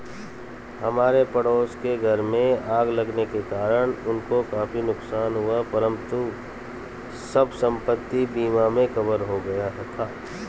हमारे पड़ोस के घर में आग लगने के कारण उनको काफी नुकसान हुआ परंतु सब संपत्ति बीमा में कवर हो गया था